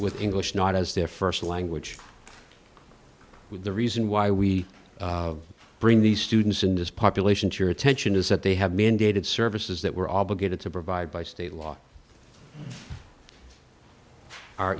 with english not as their first language with the reason why we bring these students in this population to your attention is that they have mandated services that we're obligated to provide by state law